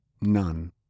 none